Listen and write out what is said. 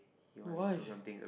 no why